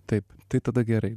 taip tai tada gerai